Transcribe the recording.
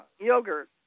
yogurt